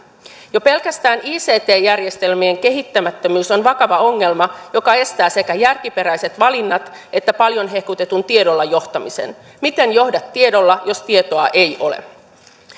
jo pelkästään ict järjestelmien kehittämättömyys on vakava ongelma joka estää sekä järkiperäiset valinnat että paljon hehkutetun tiedolla johtamisen miten johdat tiedolla jos tietoa ei ole